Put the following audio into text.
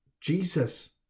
Jesus